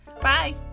Bye